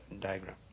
diagram